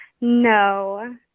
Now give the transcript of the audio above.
No